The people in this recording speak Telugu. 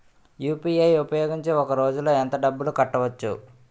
యు.పి.ఐ ఉపయోగించి ఒక రోజులో ఎంత డబ్బులు కట్టవచ్చు?